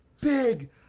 Big